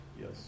yes